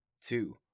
two